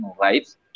rights